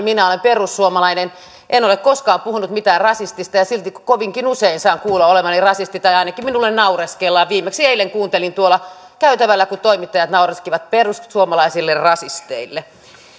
minä olen perussuomalainen en ole koskaan puhunut mitään rasistista ja silti kovinkin usein saan kuulla olevani rasisti tai ainakin minulle naureskellaan viimeksi eilen kuuntelin tuolla käytävällä kun toimittajat naureskelivat perussuomalaisille rasisteille